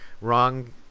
wrong